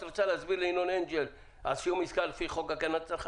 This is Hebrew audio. את רוצה להסביר לינון אנגל על סיום עסקה על פי חוק הגנת הצרכן,